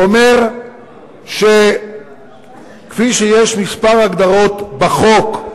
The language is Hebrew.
הוא אומר שכפי שיש כמה הגדרות בחוק,